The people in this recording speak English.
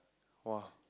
!wah!